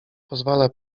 pozwala